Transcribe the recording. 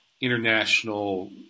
international